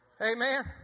Amen